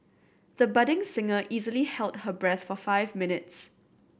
the budding singer easily held her breath for five minutes